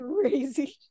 crazy